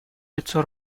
лицо